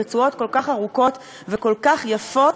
רצועות כל כך ארוכות וכל כך יפות